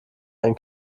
ein